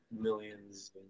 millions